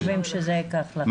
כמה זמן אתם חושבים שזה ייקח לכם?